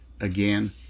again